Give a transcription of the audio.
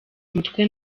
umutwe